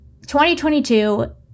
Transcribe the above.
2022